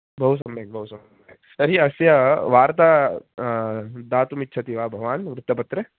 बहु सम्यक् बहु सम्यक् तर्हि अस्य वार्ता दातुमिच्छति वा भवान् वृत्तपत्रे